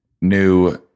new